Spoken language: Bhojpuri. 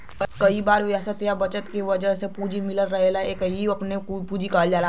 कई बार विरासत या बचत के वजह से पूंजी मिलल रहेला एहिके आपन पूंजी कहल जाला